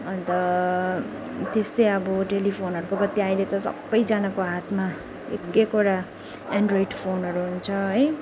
अन्त त्यस्तै अब टेलिफोनहरूको बदली अहिले त सबैजनाको हातमा एक एकवटा एन्ड्रोइड फोनहरू हुन्छ है